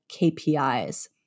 KPIs